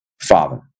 father